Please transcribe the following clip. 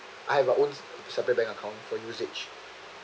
I have a own separate bank account for usage